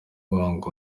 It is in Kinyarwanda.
guhanga